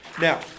Now